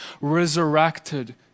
resurrected